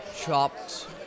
chopped